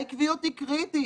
העקביות היא קריטית.